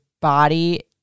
body